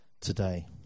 today